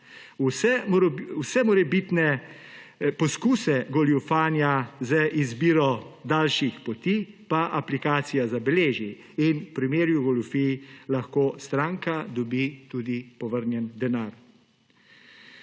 Vse morebitne poskuse goljufanja z izbiro daljših poti pa aplikacija zabeleži in v primeru goljufij lahko stranka dobi tudi povrnjen denar.